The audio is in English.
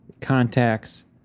contacts